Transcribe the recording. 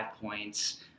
points